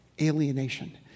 Alienation